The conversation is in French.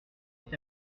est